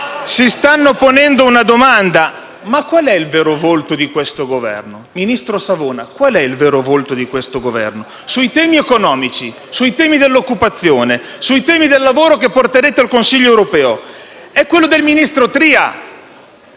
si stanno ponendo una domanda: qual è il vero volto di questo Governo? Ministro Savona, qual è il vero volto di questo Governo? Sui temi economici, dell'occupazione e del lavoro, che porterete in Consiglio europeo, il volto è quello del ministro Tria,